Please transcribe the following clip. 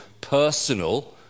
personal